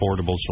affordable